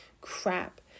crap